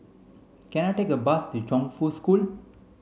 can I take a bus to Chongfu School